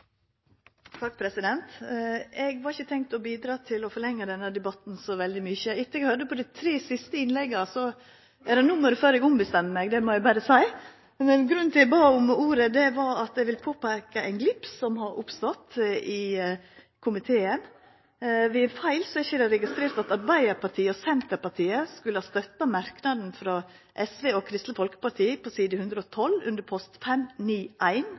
Eg hadde ikkje tenkt å bidra til å forlenga denne debatten så veldig mykje. Etter at eg har høyrt dei tre siste innlegga, er det nummeret før eg ombestemmer meg – det må eg berre seia. Grunnen til at eg bad om ordet, var at eg vil påpeika ein glipp som har oppstått i komiteen. Ved ein feil er det ikkje registrert at Arbeidarpartiet og Senterpartiet skulle ha støtta merknadene frå SV og Kristeleg Folkeparti på side 112, under post